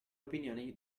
opinioni